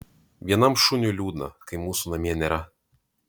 vienam šuniui liūdna kai mūsų namie nėra